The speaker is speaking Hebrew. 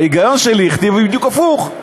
ההיגיון שלי הכתיב לי בדיוק הפוך.